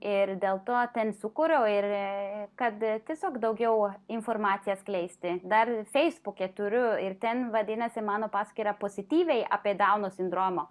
ir dėl to ten sukūriau ir kad tiesiog daugiau informacijos skleisti dar feisbuke turiu ir ten vadinasi mano paskyra pozityviai apie dauno sindromą